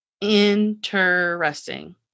interesting